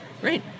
Great